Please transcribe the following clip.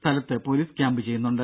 സ്ഥലത്ത് police camp ചെയ്യുന്നുണ്ട്